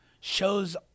shows